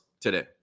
today